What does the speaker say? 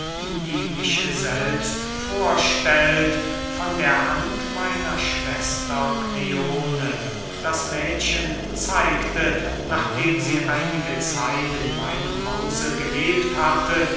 die mich selbst vorstellt von der hand meiner schwester kleone das mädchen zeigte nachdem sie einige zeit in meinem hause gelebt hatte